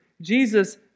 Jesus